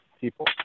people